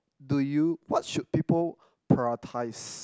do you what should people prioritize